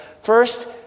First